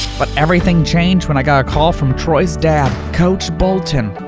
but everything changed when i got a call from troy's dad, coach bolton,